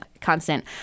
constant